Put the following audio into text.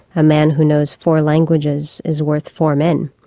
a man who knows four languages is worth four men.